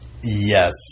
Yes